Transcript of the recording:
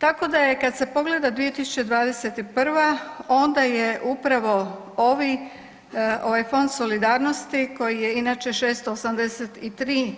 Tako da je kad se pogleda 2021. onda je upravo ovi, ovaj fond solidarnosti koji je inače 683